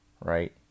Right